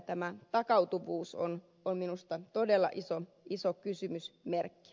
tämä takautuvuus on minusta todella iso kysymysmerkki